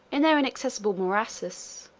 in their inaccessible morasses,